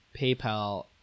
PayPal